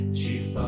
chief